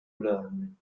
learning